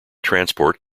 transport